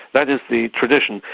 that is the tradition.